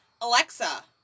Alexa